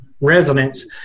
residents